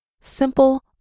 simple